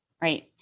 Right